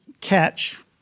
catch